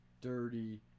dirty